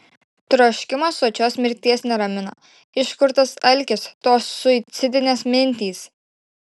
troškimas sočios mirties neramina iš kur tas alkis tos suicidinės mintys